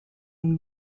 une